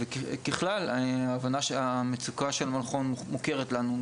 וכלל, ההבנה של, המצוקה של המכון מוכרת לנו.